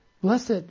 blessed